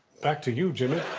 back to you, jimmy.